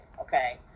okay